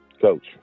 Coach